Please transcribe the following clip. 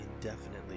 indefinitely